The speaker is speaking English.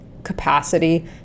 Capacity